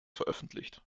veröffentlicht